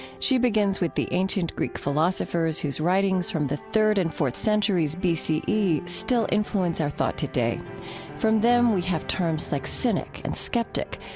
she begins with the ancient greek philosophers whose writings from the third and fourth centuries b c e. still influence our thought today from them we have terms like cynic and skeptic,